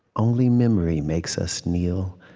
only memory makes us kneel,